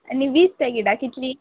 आनी वीस पॅकेटां कितलीं